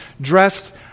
dressed